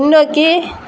முன்னோக்கி